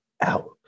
out